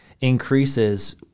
increases